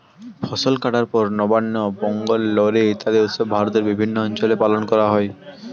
ফসল কাটার পর নবান্ন, পোঙ্গল, লোরী ইত্যাদি উৎসব ভারতের বিভিন্ন অঞ্চলে পালন করা হয়